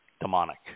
demonic